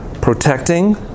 Protecting